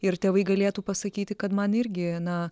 ir tėvai galėtų pasakyti kad man irgi na